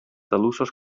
talussos